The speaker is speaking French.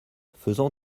faisant